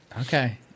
okay